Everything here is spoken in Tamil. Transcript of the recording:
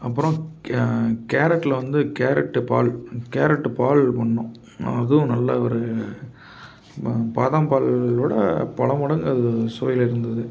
அப்புறம் கேரட்ல வந்து கேரட் பால் கேரட் பால் பண்ணோம் அதுவும் நல்ல ஒரு ப பாதாம் பாலோடு பலமடங்கு அது சுவையில் இருந்தது